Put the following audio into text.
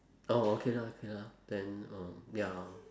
oh okay lah K lah then um ya